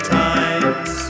times